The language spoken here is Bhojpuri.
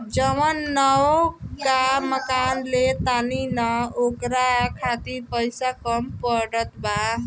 जवन नवका मकान ले तानी न ओकरा खातिर पइसा कम पड़त बा